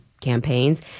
campaigns